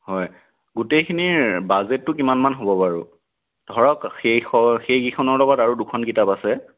হয় গোটেইখিনিৰ বাজেটটো কিমানমান হ'ব বাৰু ধৰক সেইখ সেইকেইখনৰ লগত আৰু দুখন কিতাপ আছে